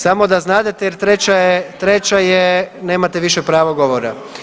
Samo da znadete jer treća je nemate više pravo govora.